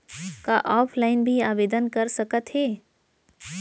का ऑफलाइन भी आवदेन कर सकत हे?